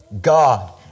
God